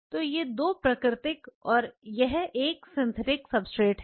तो ये 2 प्राकृतिक हैं और यह सिंथेटिक सब्सट्रेट है